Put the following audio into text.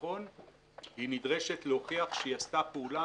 היא נדרשת להוכיח שהיא עשתה פעולה